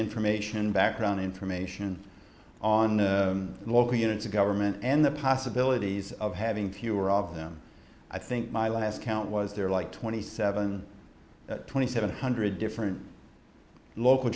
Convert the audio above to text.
information background information on the local units of government and the possibilities of having fewer of them i think my last count was there like twenty seven twenty seven hundred different local